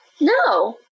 No